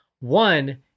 One